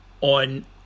on